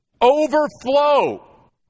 overflow